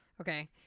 Okay